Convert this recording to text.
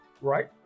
Right